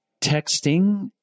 texting